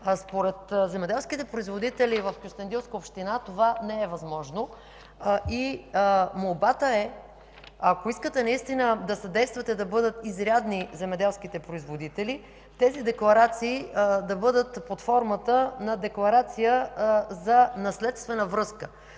Според земеделските производители в Кюстендилска община това не е възможно. Молбата е, ако искате да съдействате да бъдат изрядни земеделските производители, тези декларации да бъдат под формата на декларация за наследствена връзка,